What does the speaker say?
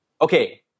Okay